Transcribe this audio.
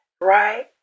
right